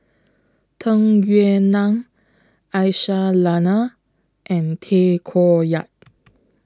Tung Yue Nang Aisyah Lyana and Tay Koh Yat